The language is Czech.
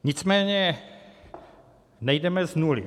Nicméně nejdeme z nuly.